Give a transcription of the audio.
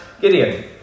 Gideon